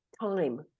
time